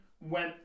went